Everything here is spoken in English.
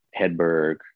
Hedberg